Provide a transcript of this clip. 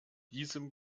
diesem